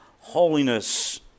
holiness